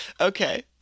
Okay